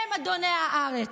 הם אדוני הארץ.